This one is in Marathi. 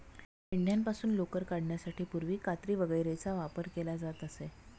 मेंढ्यांपासून लोकर काढण्यासाठी पूर्वी कात्री वगैरेचा वापर केला जात असे